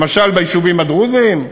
למשל ביישובים הדרוזיים,